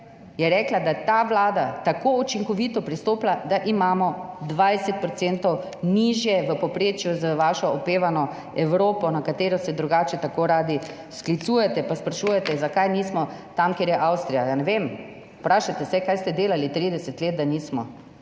je rekla, da je ta Vlada tako učinkovito pristopila, da imamo v povprečju 20 % nižje kot vaša opevana Evropa, na katero se drugače tako radi sklicujete in sprašujete, zakaj nismo tam, kjer je Avstrija. Ne vem. Vprašajte se, kaj ste delali 30 let, da nismo.